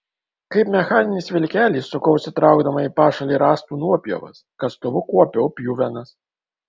kaip mechaninis vilkelis sukausi traukdama į pašalį rąstų nuopjovas kastuvu kuopiau pjuvenas